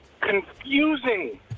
confusing